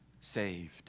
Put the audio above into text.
saved